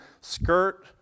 skirt